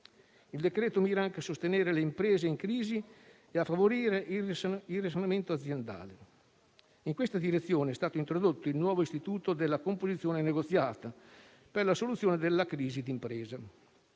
Il decreto-legge mira anche a sostenere le imprese in crisi e a favorire il risanamento aziendale. In questa direzione è stato introdotto il nuovo istituto della composizione negoziata per la soluzione della crisi di impresa.